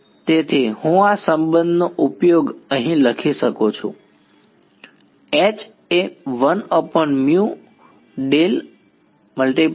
તેથી હું આ સંબંધનો ઉપયોગ અહીં લખી શકું કે H એ છે